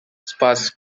sparse